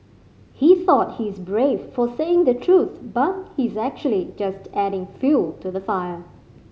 he thought he is brave for saying the truth but he is actually just adding fuel to the fire